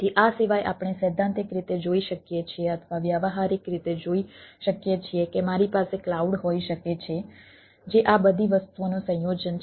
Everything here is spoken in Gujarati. તેથી આ સિવાય આપણે સૈદ્ધાંતિક રીતે જોઈ શકીએ છીએ અથવા વ્યવહારિક રીતે જોઈ શકીએ છીએ કે મારી પાસે કલાઉડ હોઈ શકે છે જે આ બધી વસ્તુઓનું સંયોજન છે